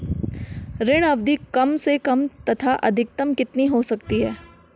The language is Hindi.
ऋण अवधि कम से कम तथा अधिकतम कितनी हो सकती है?